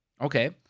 Okay